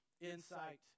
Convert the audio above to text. insight